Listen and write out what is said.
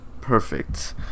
perfect